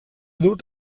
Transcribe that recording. dut